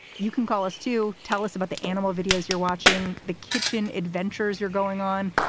you can call us to tell us about the animal videos you're watching, the kitchen adventures you're going on.